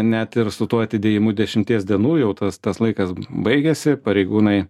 net ir su tuo atidėjimu dešimties dienų jau tas tas laikas baigėsi pareigūnai